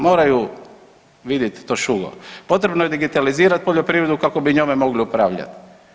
Moraju vidjeti to ... potrebno je digitalizirati poljoprivredu kako bi njome mogli upravljati.